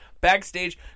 Backstage